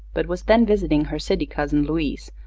but was then visiting her city cousin louise,